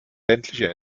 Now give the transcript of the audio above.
ländliche